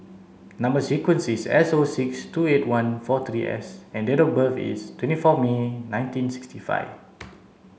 number sequence is S O six two eight one four three S and date of birth is twenty four May nineteen sixty five